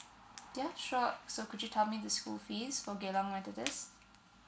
ya sure so could you tell me the school fees for geylang methodist